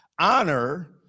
honor